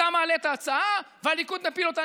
אתה מעלה את ההצעה והליכוד מפיל אותה.